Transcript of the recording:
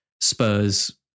Spurs